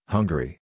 Hungary